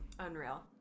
unreal